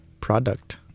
product